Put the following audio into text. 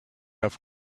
have